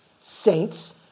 saints